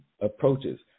approaches